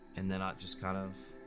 and then it just kind of.